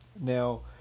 Now